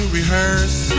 rehearse